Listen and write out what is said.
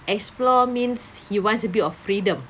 explore means he wants a bit of freedom